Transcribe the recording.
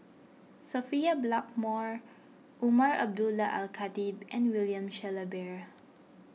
Sophia Blackmore Umar Abdullah Al Khatib and William Shellabear